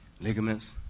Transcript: ligaments